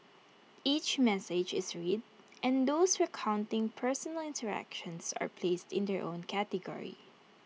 each message is read and those recounting personal interactions are placed in their own category